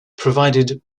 provided